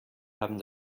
haben